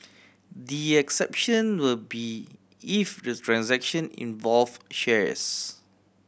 the exception will be if the transaction involve shares